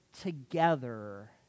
together